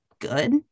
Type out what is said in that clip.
good